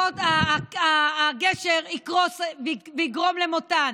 הגשר יקרוס ויגרום למותן?